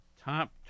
top